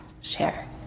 share